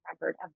remembered